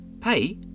Pay